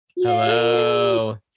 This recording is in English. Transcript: Hello